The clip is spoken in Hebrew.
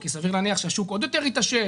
כי סביר להניח שהשוק עוד יותר יתאושש